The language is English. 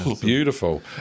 beautiful